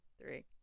three